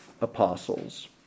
apostles